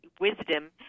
wisdom